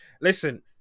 Listen